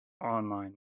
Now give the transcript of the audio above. online